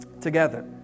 together